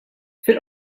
fil